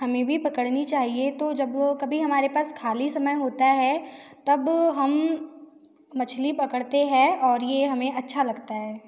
हमें भी पकड़नी चाहिए तो जब वो कभी हमारे पास ख़ाली समय होता है तब हम मछली पकड़ते हैं और ये हमें अच्छा लगता है